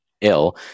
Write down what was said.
ill